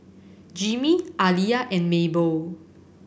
Jimmie Aliya and Mabel